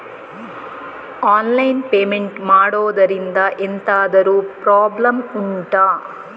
online payment ಮಾಡುದ್ರಿಂದ ಎಂತಾದ್ರೂ problem ಉಂಟಾ